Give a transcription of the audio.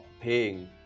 paying